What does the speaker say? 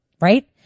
right